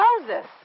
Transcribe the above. Moses